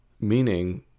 meaning